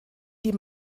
die